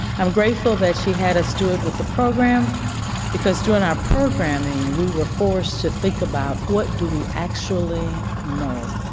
i'm grateful that she had a steward with the program because during our programming, we were forced to think about what do we actually know.